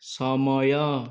ସମୟ